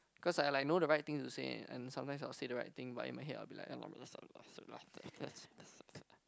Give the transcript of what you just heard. cause I like know the right thing to say and sometimes I will say the right thing but in my head I'll be like